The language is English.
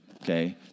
okay